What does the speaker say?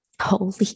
Holy